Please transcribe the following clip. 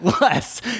Less